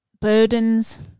burdens